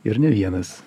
ir ne vienas